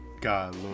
God